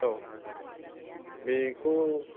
आव बेखौ